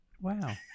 Wow